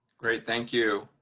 great, thank you.